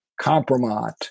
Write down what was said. compromise